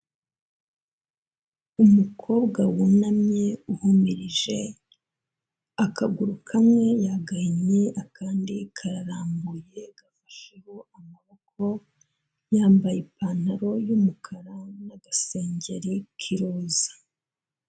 Umukobwa wunamye uhumurije, akaguru kamwe yagahinnye akandi kararambuye gafasheho amaboko, yambaye ipantaro y'umukara n'agasengeri k'iroza.